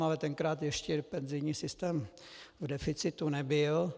Ale tenkrát ještě penzijní systém v deficitu nebyl.